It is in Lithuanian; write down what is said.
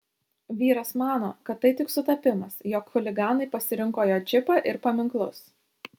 vyras mano kad tai tik sutapimas jog chuliganai pasirinko jo džipą ir paminklus